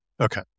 Okay